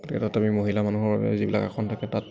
এটাত আমি মহিলা মানুহৰ বাবে যিবিলাক আসন থাকে তাত